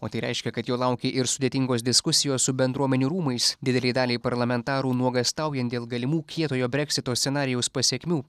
o tai reiškia kad jo laukia ir sudėtingos diskusijos su bendruomenių rūmais didelei daliai parlamentarų nuogąstaujant dėl galimų kietojo breksito scenarijaus pasekmių